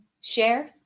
share